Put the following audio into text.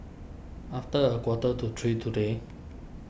after a quarter to three today